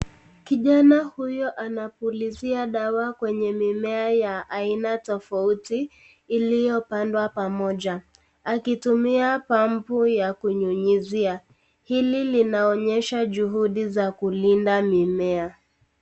Kijana huyo anapulizia dawa kwenye mimea ya aina tofauti iliyopandwa pamoja akitumia pampu ya kunyunyizia. Hili linaonyesha juhudi za kulinda mimea.